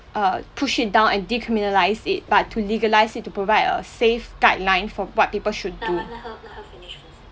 err push it down and decriminalise it but to legalise it to provide a safe guideline for what people should do